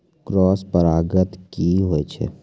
Cross परागण की होय छै?